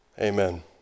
Amen